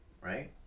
Right